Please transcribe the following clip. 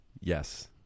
Yes